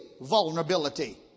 vulnerability